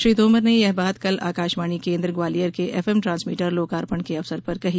श्री तोमर ने यह बात कल आकाशवाणी केन्द्र ग्वालियर के एफ एम ट्रांसमीटर लोकार्पण के अवसर पर कही